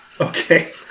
Okay